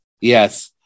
yes